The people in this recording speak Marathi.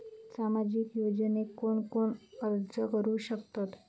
सामाजिक योजनेक कोण कोण अर्ज करू शकतत?